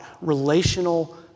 relational